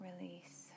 release